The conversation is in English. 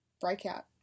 breakout